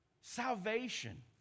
salvation